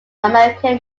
american